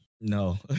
No